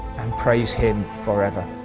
and praise him forever.